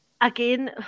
again